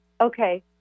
Okay